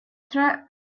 trip